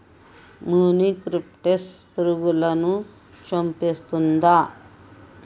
మొనిక్రప్టస్ పురుగులను చంపేస్తుందా?